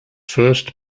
first